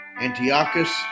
antiochus